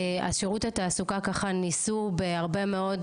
אז שירות התעסוקה ניסו בהרבה מאוד